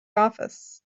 office